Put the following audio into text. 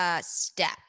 Step